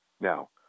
Now